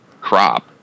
crop